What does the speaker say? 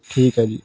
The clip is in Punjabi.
ਠੀਕ ਹੈ ਜੀ